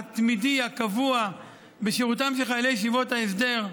התמידי, הקבוע, בשירותם של חיילי ישיבות ההסדר,